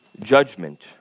judgment